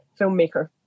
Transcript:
filmmaker